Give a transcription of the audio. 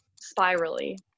spirally